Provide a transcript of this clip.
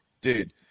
Dude